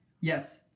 yes